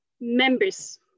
members